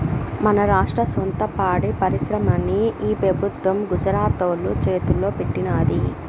మన రాష్ట్ర సొంత పాడి పరిశ్రమని ఈ పెబుత్వం గుజరాతోల్ల చేతల్లో పెట్టినాది